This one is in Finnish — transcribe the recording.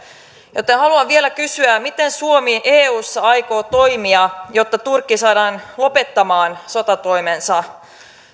joten haluan vielä kysyä miten suomi eussa aikoo toimia jotta turkki saadaan lopettamaan sotatoimensa